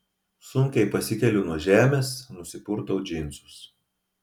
sunkiai pasikeliu nuo žemės nusipurtau džinsus